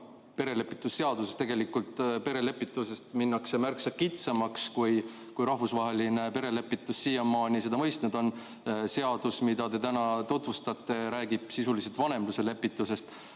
perelepitusseaduses. Tegelikult perelepituses minnakse märksa kitsamaks, kui rahvusvaheline perelepitus siiamaani seda on mõistnud. Seadus, mida te täna tutvustate, räägib sisuliselt vanemluslepitusest